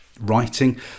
writing